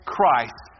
Christ